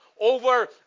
over